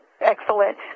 Excellent